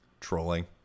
Trolling